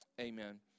amen